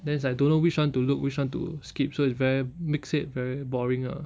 then it's like don't know which [one] to look which [one] to skip so it's very makes it very boring ah